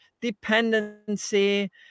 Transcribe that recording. dependency